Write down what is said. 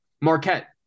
Marquette